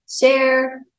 share